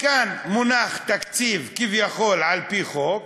כאן מונח תקציב כביכול על-פי חוק,